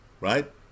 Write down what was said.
right